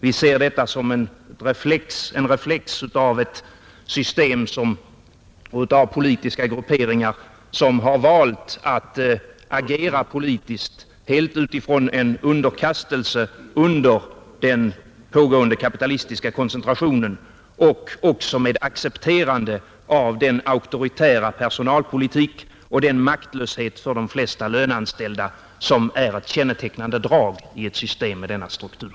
Vi ser detta som en reflex av ett system av politiska grupperingar, som har valt att agera politiskt helt utifrån en underkastelse under den pågående kapitalistiska koncentrationen och också med accepterande av den auktoritära personalpolitik och den maktlöshet för de flesta löneanställda som är ett kännetecknande drag i ett system med denna struktur.